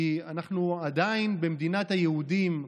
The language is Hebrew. כי אנחנו עדיין במדינת היהודים,